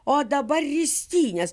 o dabar ristynės